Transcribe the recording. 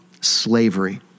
slavery